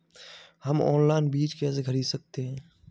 हम ऑनलाइन बीज कैसे खरीद सकते हैं?